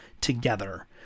together